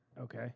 Okay